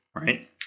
Right